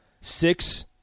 Six